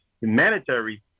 humanitarian